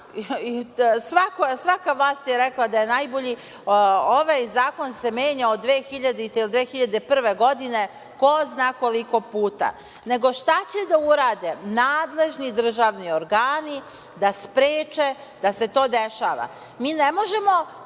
Svaka vlast je rekla da je najbolji, a ovaj zakon se menja od 2000. ili 2001. godine ko zna koliko puta. Nego, šta će da urade nadležni državni organi da spreče da se to dešava? Mi ne možemo